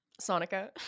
Sonica